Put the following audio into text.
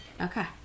Okay